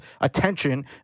attention